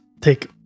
take